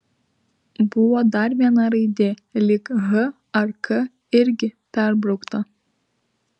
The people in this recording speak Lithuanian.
buvo dar viena raidė lyg h ar k irgi perbraukta